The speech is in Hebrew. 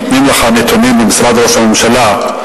שנותנים לך נתונים ממשרד ראש הממשלה,